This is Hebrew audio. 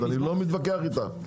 אני לא מתווכח איתך.